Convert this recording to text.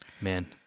man